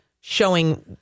showing